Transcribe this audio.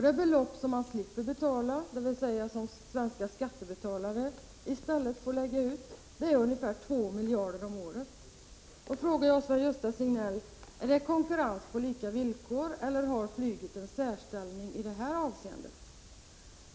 Det belopp som man slipper betala, dvs. det belopp som svenska skattebetalare i stället får lägga ut, är ungefär 2 miljarder om året. Då frågar jag Sven-Gösta Signell: Är det konkurrens på lika villkor eller har flyget en särställning i det här avseendet?